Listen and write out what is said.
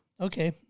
okay